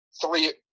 three